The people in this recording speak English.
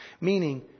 meaning